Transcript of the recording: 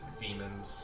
demons